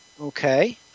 okay